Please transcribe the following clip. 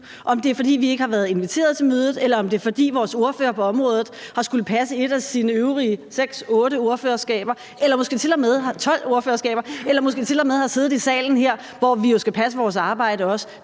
Om det er, fordi vi ikke har været inviteret til mødet, eller om det er, fordi vores ordfører på området har skullet passe et af sine øvrige 6-8 ordførerskaber eller måske til og med 12 ordførerskaber eller måske til og med har siddet i salen her, hvor vi jo skal passe vores arbejde også,